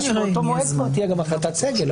תהיה גם החלטת סגל.